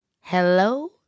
Hello